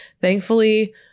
Thankfully